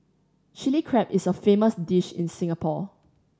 Chilli Crab is a famous dish in Singapore